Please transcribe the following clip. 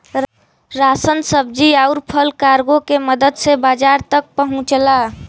ration सब्जी आउर फल कार्गो के मदद से बाजार तक पहुंचला